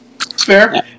fair